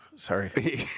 Sorry